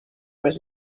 was